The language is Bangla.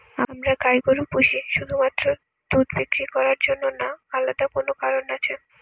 আমরা গাই গরু পুষি শুধুমাত্র দুধ বিক্রি করার জন্য না আলাদা কোনো কারণ আছে?